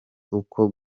uko